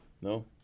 No